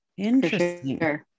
interesting